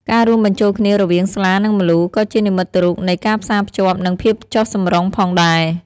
ការរួមបញ្ចូលគ្នារវាងស្លា និងម្លូ ក៏ជានិមិត្តរូបនៃ ការផ្សារភ្ជាប់ និង ភាពចុះសម្រុង ផងដែរ។